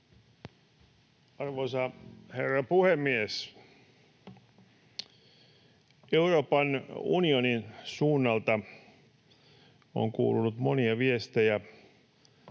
Arvoisa herra puhemies! Euroopan unionin suunnalta on kuulunut monia viestejä